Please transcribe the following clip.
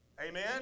Amen